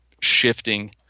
shifting